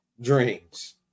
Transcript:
dreams